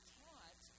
taught